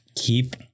keep